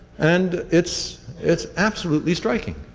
and it's it's absolutely striking.